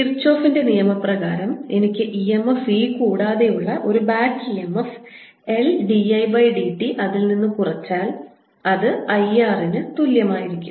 കിർചോഫിന്റെ നിയമപ്രകാരം എനിക്ക് EMF E കൂടാതെ ഉള്ള ഒരു ബാക്ക് EMF L dIdt അതിൽ നിന്ന് കുറച്ചാൽ അത് I R ന് തുല്യമായിരിക്കും